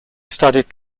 studied